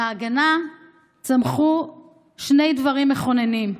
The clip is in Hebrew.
מההגנה צמחו שני דברים מכוננים: